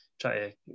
try